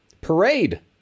Parade